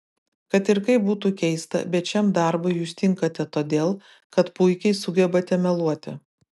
kad ir kaip būtų keista bet šiam darbui jūs tinkate todėl kad puikiai sugebate meluoti